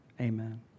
Amen